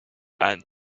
and